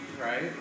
right